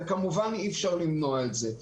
וכמובן אי אפשר למנוע את זה.